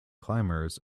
climbers